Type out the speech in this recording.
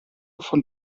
von